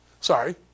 Sorry